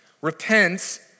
repent